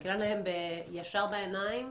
להסתכל עליהם ישר בעיניים,